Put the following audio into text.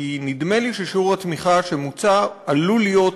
כי נדמה לי ששיעור התמיכה שמוצע עלול להיות